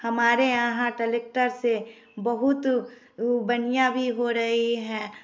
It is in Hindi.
हमारे यहाँ टलेक्टर से बहुत उ बढ़िया भी हो रही है